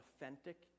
authentic